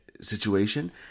situation